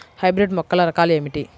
Hybrid మొక్కల రకాలు ఏమిటీ?